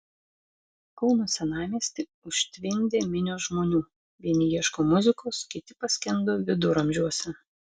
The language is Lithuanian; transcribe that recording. kauno senamiestį užtvindė minios žmonių vieni ieško muzikos kiti paskendo viduramžiuose